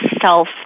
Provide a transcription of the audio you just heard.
self